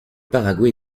paraguay